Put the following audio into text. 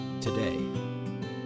today